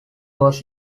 was